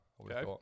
Okay